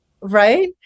Right